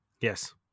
Yes